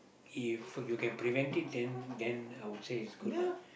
if you can prevent it then then I would say it's good lah